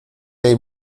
hay